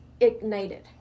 ignited